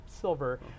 silver